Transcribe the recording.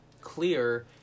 clear